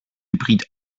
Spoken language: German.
hybrid